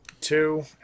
Two